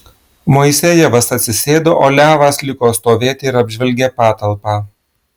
moisejevas atsisėdo o levas liko stovėti ir apžvelgė patalpą